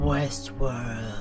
Westworld